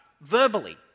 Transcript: verbally